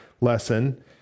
lesson